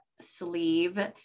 sleeve